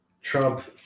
Trump